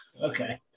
Okay